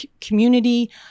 community